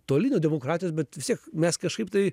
toli nuo demokratijos bet vis tiek mes kažkaip tai